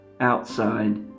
outside